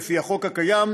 לפי החוק הקיים,